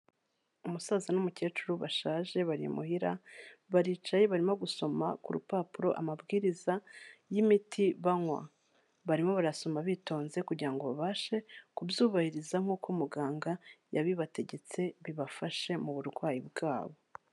Umusaza n'umukecuru bashaje bari imuhira, baricaye barimo gusoma ku rupapuro amabwiriza y'imiti banywa, barimo barayasoma bitonze kugira ngo babashe kubyubahiriza nkuko muganga yabibategetse bibafashe mu burwayi bwabo.